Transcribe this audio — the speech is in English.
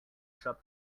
shop